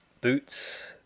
Boots